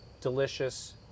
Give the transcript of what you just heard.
Delicious